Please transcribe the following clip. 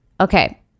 okay